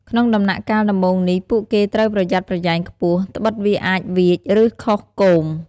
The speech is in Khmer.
ក្នុងដំណាក់កាលដំបូងនេះ ពួកគេត្រូវប្រយ័ត្នប្រយែងខ្ពស់ដ្បិតវាអាចវៀច ឬខុសគោម។